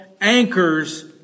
anchors